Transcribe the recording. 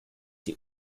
sie